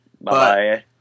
Bye